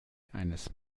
eines